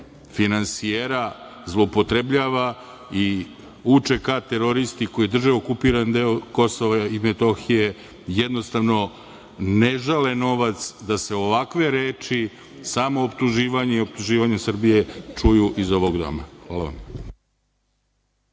finansijera zloupotrebljava i UČK teroristi koji drže okupiran deo Kosova i Metohije, jednostavno, ne žale novac da se ovakve reči, samooptuživanje i optuživanje Srbije čuju iz ovog doma. Hvala vam.